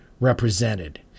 represented